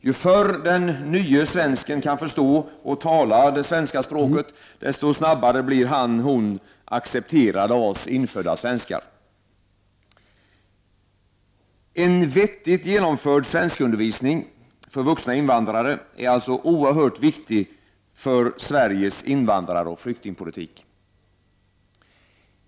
Ju förr den nye svensken kan förstå och tala det svenska språket, desto snabbare blir han eller hon accepterad av oss infödda svenskar. En vettigt genomförd svenskundervisning för vuxna invandrare är alltså oerhört viktig för Sveriges invandraroch flyktingpolitik.